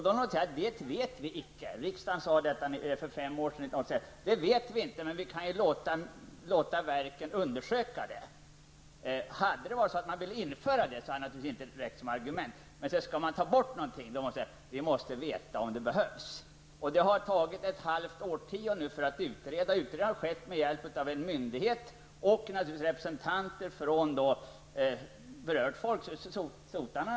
Då sade man i riksdagen att man inte visste det, men att man skulle kunna låta verken undersöka saken. Hade man velat införa någonting hade det naturligtvis inte räckt som argument, men när man skall ta bort någonting måste man först veta om det behövs. Det har tagit nu ett halvt årtionde för att utreda detta, vilket skett med hjälp av en myndighet och naturligtvis av representanter för sotarna.